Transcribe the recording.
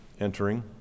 entering